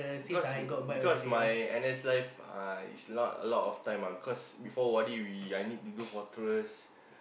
cause because my N_S life uh is not a lot of time ah because before O_R_D we I need to do fortress